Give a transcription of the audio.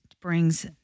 brings